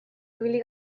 ibili